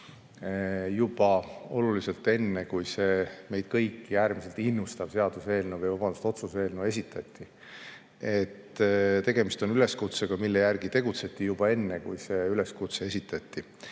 juba oluliselt enne, kui see meid kõiki äärmiselt innustav otsuse eelnõu esitati. Tegemist on üleskutsega, mille järgi tegutseti juba enne, kui see üleskutse esitati.